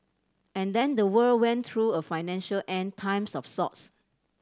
and then the world went through a financial End Times of sorts